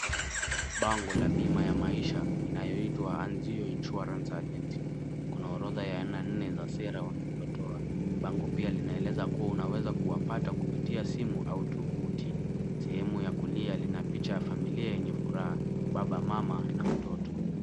Bango la bima ya maisha inayoitwa Anzio Insurance Agency. Kuna orodha ya aina nne za sera wanazotoa. Bango pia linaeleza kuwa unaweza kuwapata kupitia simu au tovuti. Sehemu ya kulia lina picha ya familia yenye furaha, baba, mama na mtoto.